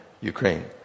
Ukraine